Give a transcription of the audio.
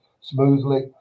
smoothly